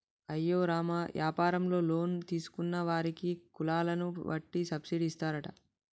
అయ్యో రామ యాపారంలో లోన్ తీసుకున్న వారికి కులాలను వట్టి సబ్బిడి ఇస్తారట